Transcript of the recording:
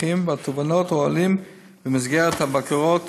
הצרכים והתובנות העולים במסגרות הבקרות